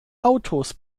autos